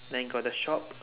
then got the shop